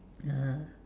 (uh huh)